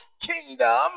kingdom